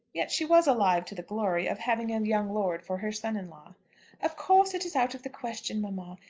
yet she was alive to the glory of having a young lord for her son-in-law of course it is out of the question, mamma.